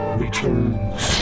returns